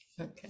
Okay